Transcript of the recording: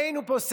עכשיו